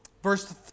Verse